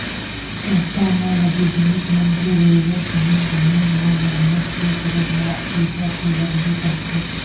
संस्था म लगे जिनिस मन के बरोबर समे समे म मरम्मत के करब म पइसा तो लगबे करथे